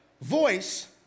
voice